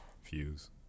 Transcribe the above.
Fuse